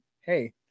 hey